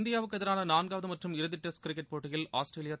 இந்தியாவுக்கு எதிரான நான்காவது மற்றும் இறுதி டெஸ்ட் கிரிக்கெட் போட்டியில் ஆஸ்திரேலியா